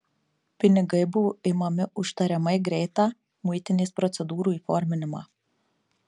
pinigai buvo imami už tariamai greitą muitinės procedūrų įforminimą